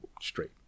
straight